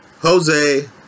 Jose